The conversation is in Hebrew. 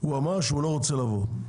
הוא אמר שהוא לא רוצה לבוא,